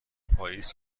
پائیز